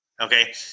Okay